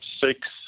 six